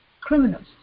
criminals